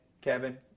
Kevin